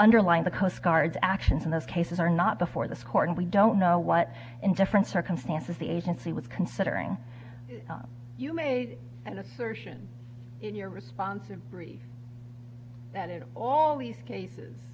underline the coastguards actions in those cases are not before this court and we don't know what in different circumstances the agency was considering you made an assertion in your response a brief that it always cases